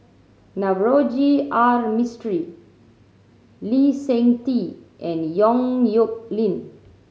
Navroji R Mistri Lee Seng Tee and Yong Nyuk Lin